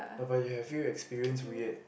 about you have few experiences weird